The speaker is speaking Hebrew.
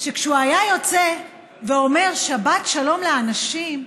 שכשהיה יוצא ואומר שבת שלום לאנשים,